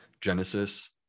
Genesis